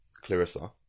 Clarissa